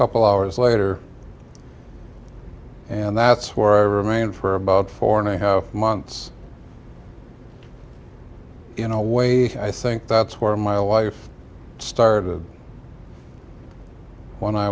couple hours later and that's where i remained for about four and a half months in a way i think that's where my life started when i